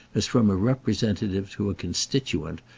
as from a representative to a constituent,